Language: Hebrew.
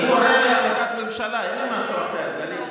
אני קורא את החלטת הממשלה, אין לי משהו אחר, גלית.